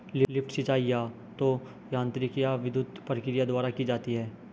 lift सिंचाई या तो यांत्रिक या विद्युत प्रक्रिया द्वारा की जाती है